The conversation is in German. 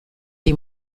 die